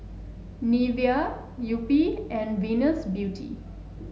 Nivea Yupi and Venus Beauty